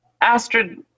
Astrid